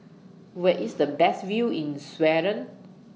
Where IS The Best View in Sweden